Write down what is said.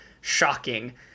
shocking